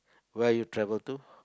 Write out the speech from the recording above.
where are you travel to